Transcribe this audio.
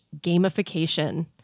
gamification